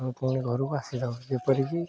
ପୁଣି ଘରକୁ ଆସିଥାଉ ଏପରିକି